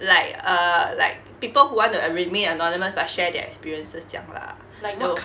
like uh like people who want to uh remain anonymous but share their experiences 这样啦 though